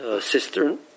cistern